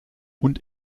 und